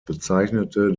bezeichnete